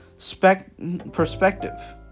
perspective